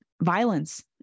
violence